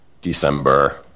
December